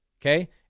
okay